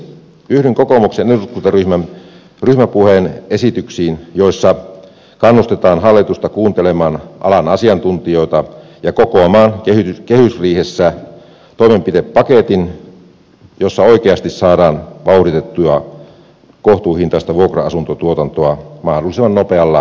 yhdyn kokoomuksen eduskuntaryhmän ryhmäpuheen esityksiin joissa kannustetaan hallitusta kuuntelemaan alan asiantuntijoita ja kokoamaan kehysriihessä toimenpidepaketti jossa oikeasti saadaan vauhditettua kohtuuhintaista vuokra asuntotuotantoa mahdollisimman nopealla aikataululla